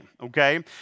okay